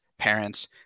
parents